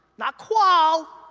not qual,